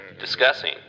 Discussing